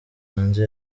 hanze